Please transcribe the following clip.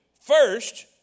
First